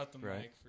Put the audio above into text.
Right